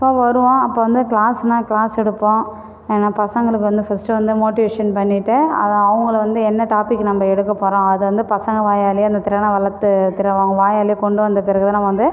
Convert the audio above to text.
so வருவோம் அப்போது வந்து கிளாஸ்னா கிளாஸ் எடுப்போம் ஏன்னா பசங்களுக்கு வந்து ஃபஸ்ட்டு வந்து மோட்டிவேஷன் பண்ணிவிட்டு அதை அவங்கள வந்து என்ன டாபிக் நம்ம எடுக்க போகிறோம் அதை வந்து பசங்கள் வாயாலேயே அந்தத் திறனை வளர்த்து திறன் அவங்க வாயாலேயே கொண்டு வந்த பிறகு தான் நான் வந்து